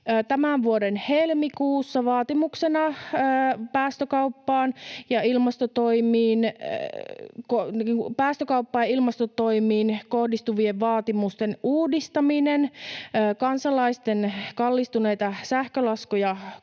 Tämän vuoden helmikuussa: Päästökauppaan ja ilmastotoimiin kohdistuvien vaatimusten uudistaminen. Kansalaisten kallistuneita sähkölaskuja kompensoitava.